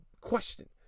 question